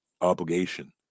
obligation